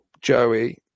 Joey